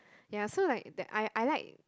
ya so like that I I like